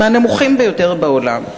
מהנמוכים ביותר בעולם.